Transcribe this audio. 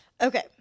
okay